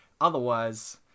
otherwise